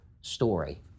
story